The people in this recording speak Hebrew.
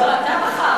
לא, אתה בחרת.